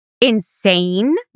insane